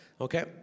Okay